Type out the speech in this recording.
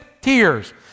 tears